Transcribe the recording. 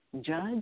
judge